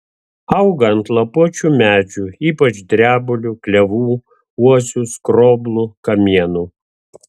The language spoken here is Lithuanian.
auga ant lapuočių medžių ypač drebulių klevų uosių skroblų kamienų